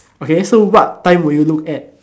okay so what time would you look at